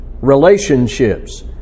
relationships